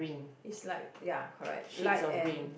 is like ya correct light and